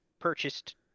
purchased